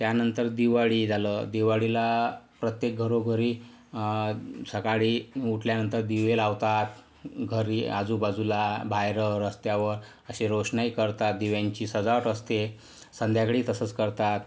त्यानंतर दिवाळी झालं दिवाळीला प्रत्येक घरोघरी सकाळी उठल्यानंतर दिवे लावतात घरी आजूबाजूला बाहेर रस्त्यावर अशी रोषणाई करतात दिव्यांची सजावट असते संध्याकाळी तसंच करतात